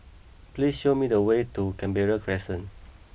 please show me the way to Canberra Crescent